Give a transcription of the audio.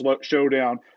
showdown